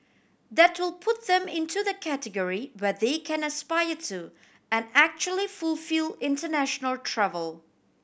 that will put them into the category where they can aspire to and actually fulfil international travel